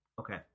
okay